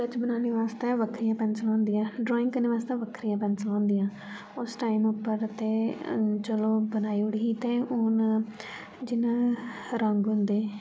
sketch बनाने वास्तै बक्खरियां पेन्सिलां होंदियां ड्राइंग करने वास्तै बक्खरियां पेन्सिलां होंदियां उस टाइम उप्पर ते चलो बनाई उड़ी ही ते हून जि'न्ने रंग होंदे